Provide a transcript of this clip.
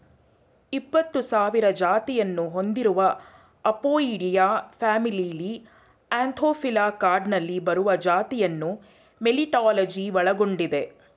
ಇಪ್ಪತ್ಸಾವಿರ ಜಾತಿಯನ್ನು ಹೊಂದಿರುವ ಅಪೊಯಿಡಿಯಾ ಫ್ಯಾಮಿಲಿಲಿ ಆಂಥೋಫಿಲಾ ಕ್ಲಾಡ್ನಲ್ಲಿ ಬರುವ ಜಾತಿಯನ್ನು ಮೆಲಿಟಾಲಜಿ ಒಳಗೊಂಡಿದೆ